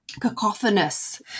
cacophonous